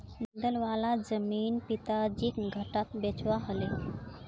दलदल वाला जमीन पिताजीक घटाट बेचवा ह ले